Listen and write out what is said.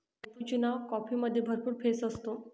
cappuccino कॉफीमध्ये भरपूर फेस असतो